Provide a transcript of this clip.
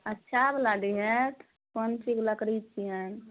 अच्छावला दिहथि कोन चीजके लकड़ी छियनि